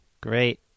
Great